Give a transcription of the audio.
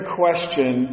question